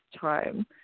time